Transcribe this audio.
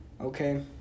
Okay